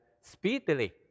speedily